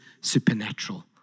supernatural